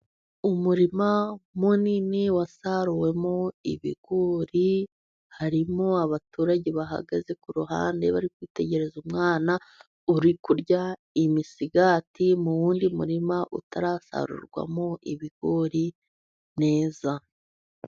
Umurima munini wasaruwemo ibigori, harimo abaturage bahagaze ku ruhande, bari kwitegereza umwana uri kurya imisigati mu wundi murima, utarasarurwamo ibigori mwiza.